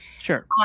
Sure